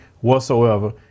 whatsoever